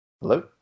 Hello